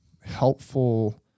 helpful